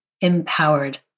empowered